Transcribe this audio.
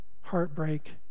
heartbreak